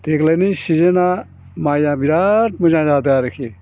देग्लायनि सिजोनआ माइया बिराथ मोजां जादों आरोखि